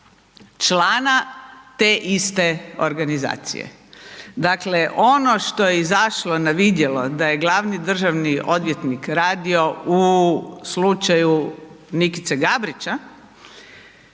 člana te iste organizacije. Dakle, ono što je izašlo na vidjelo da je glavni državni odvjetnik radio u slučaju Nikice Gabrića